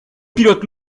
pilote